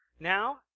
Now